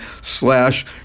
slash